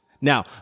Now